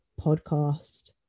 Podcast